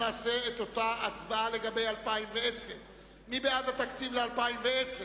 נעשה את אותה ההצבעה לגבי 2010. מי בעד התקציב ל-2010?